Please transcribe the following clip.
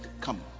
come